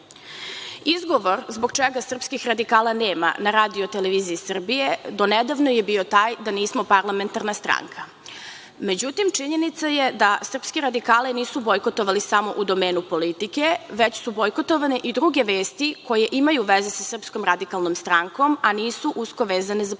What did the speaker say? Izgovor zbog čega srpskih radikala nema na RTS-u do nedavno je bio taj da nismo parlamentarna stranka. Međutim, činjenica je da srpske radikale nisu bojkotovali samo u domenu politike, već su bojkotovane i druge vesti koje imaju veze sa SRS, a nisu usko vezane za politiku. Na